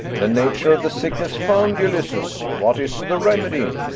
the nature of the sickness found, ulysses, what is the remedy?